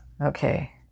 Okay